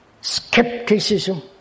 skepticism